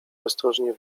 ostrożnie